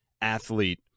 athlete